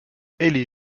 elie